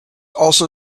also